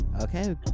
Okay